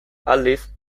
aldiz